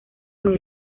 muy